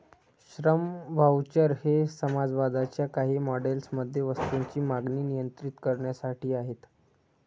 श्रम व्हाउचर हे समाजवादाच्या काही मॉडेल्स मध्ये वस्तूंची मागणी नियंत्रित करण्यासाठी आहेत